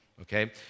Okay